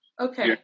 Okay